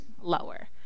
lower